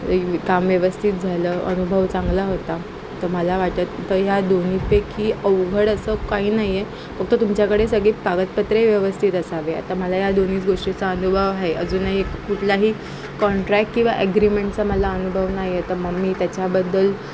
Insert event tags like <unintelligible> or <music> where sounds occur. <unintelligible> काम व्यवस्थित झालं अनुभव चांगला होता तर मला वाटत होतं ह्या दोन्हीपैकी अवघड असं काही नाही आहे फक्त तुमच्याकडे सगळी कागदपत्रे व्यवस्थित असावे आता मला या दोन्हीच गोष्टीचा अनुभव आहे अजूनही एक कुठलाही कॉन्ट्रॅक्ट किंवा ॲग्रीमेंटचा मला अनुभव नाही तर मग मी त्याच्याबद्दल